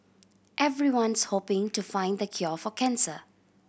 everyone's hoping to find the cure for cancer